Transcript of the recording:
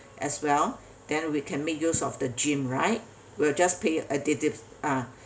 as well then we can make use of the gym right we'll just pay additi~ uh